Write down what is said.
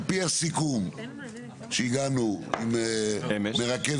על פי הסיכום שהגענו עם מרכז